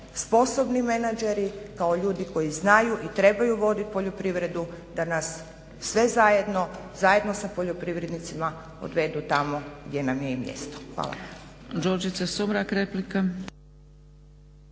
sposobni menađeri, kao ljudi koji znaju i trebaju voditi poljoprivredu da nas sve zajedno, zajedno sa poljoprivrednicima odvedu tamo gdje nam je i mjesto. Hvala.